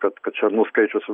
kad kad šernų skaičius